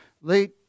late